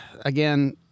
again